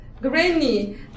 granny